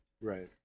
Right